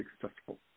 successful